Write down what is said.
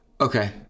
okay